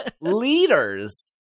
leaders